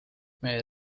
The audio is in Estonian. meie